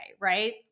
right